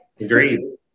Agreed